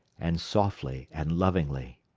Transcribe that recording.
and softly and lovingly.